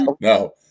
no